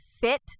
fit